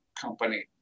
company